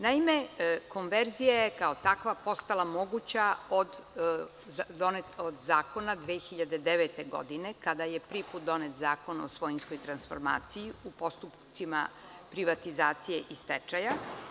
Naime, konverzija je kao takva postala moguća od Zakona 2009. godine, kada je prvi put donet Zakon o svojinskoj transformaciji u postupcima privatizacije i stečaja.